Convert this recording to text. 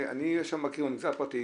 אני מכיר במגזר הפרטי,